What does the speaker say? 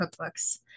cookbooks